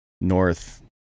north